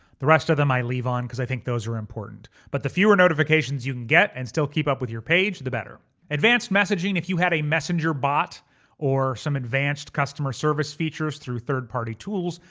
the rest of them i leave on cause i think those are important but the fewer notifications you can get and still keep up with your page, the better. advanced messaging, if you had a messenger bot or some advanced customer service features through third-party tools,